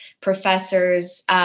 professors